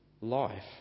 life